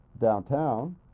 downtown